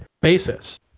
basis